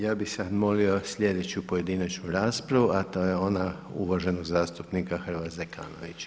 Ja bih sada molio sljedeću pojedinačnu raspravu, a to je ona uvaženog zastupnika Hrvoja Zekanovića.